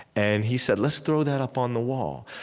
and he said, let's throw that up on the wall.